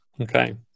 Okay